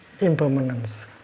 impermanence